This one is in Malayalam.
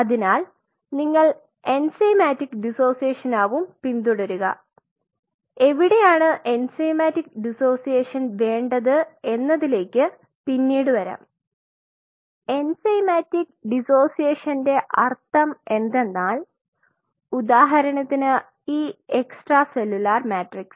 അതിനാൽ നിങ്ങൾ എൻസൈമാറ്റിക് ഡിസോസിയേഷൻ ആവും പിന്തുടരുക എവിടെയാണ് എൻസൈമാറ്റിക് ഡിസോസിയേഷൻ വേണ്ടത് എന്നതിലേക്ക് പിന്നീട് വരാം എൻസൈമാറ്റിക് ഡിസോസിയേഷൻറെ അർത്ഥം എന്തെന്നാൽ ഉദാഹരണത്തിന് ഈ എക്സ്ട്രാ സെല്ലുലാർ മാട്രിക്സ്